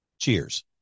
Cheers